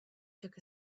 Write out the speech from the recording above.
took